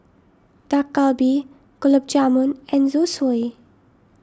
Dak Galbi Gulab Jamun and Zosui